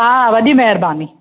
हा हा वॾी महिरबानी